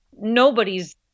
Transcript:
nobody's